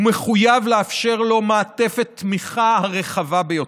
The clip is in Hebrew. הוא מחויב לאפשר לו את מעטפת התמיכה הרחבה ביותר.